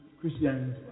Christianity